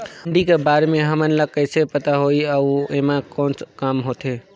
मंडी कर बारे म हमन ला कइसे पता होही अउ एमा कौन काम होथे?